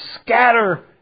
scatter